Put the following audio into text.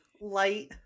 light